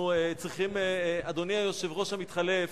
אדוני היושב-ראש המתחלף,